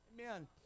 Amen